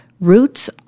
roots